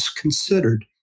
considered